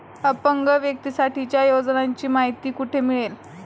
अपंग व्यक्तीसाठीच्या योजनांची माहिती कुठे मिळेल?